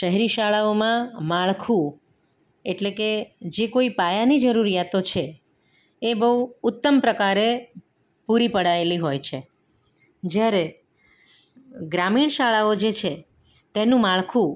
શહેરી શાળાઓમાં માળખું એટલે કે જે કોઈ પાયાની જરૂરિયાતો છે એ બહુ ઉત્તમ પ્રકારે પૂરી પડાયેલી હોય છે જ્યારે ગ્રામીણ શાળાઓ જે છે તેનું માળખું